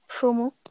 promo